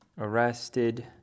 arrested